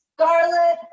Scarlet